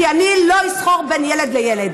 כי אני לא אסחר בין ילד לילד.